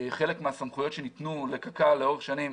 חלק מהסמכויות שניתנו לקק"ל לאורך שנים